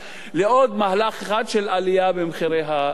לעוד מהלך אחד של עלייה במחירי הדיור,